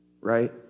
Right